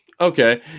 Okay